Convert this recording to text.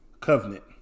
Covenant